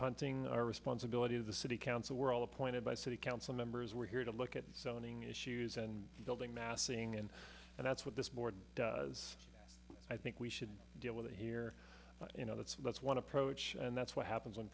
punting our responsibility to the city council we're all appointed by city council members we're here to look at zoning issues and building massing and that's what this board does i think we should deal with it here but you know that's that's one approach and that's what happens